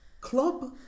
Club